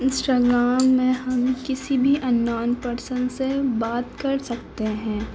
Instagram میں ہم کسی بھی ان نون پرسن سے بات کر سکتے ہیں